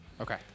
Okay